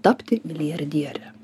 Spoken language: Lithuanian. tapti milijardiere